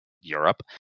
europe